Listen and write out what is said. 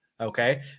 Okay